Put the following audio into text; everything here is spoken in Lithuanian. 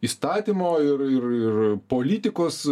įstatymo ir ir ir politikos